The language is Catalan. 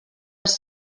els